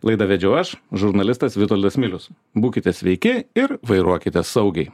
laidą vedžiau aš žurnalistas vitoldas milius būkite sveiki ir vairuokite saugiai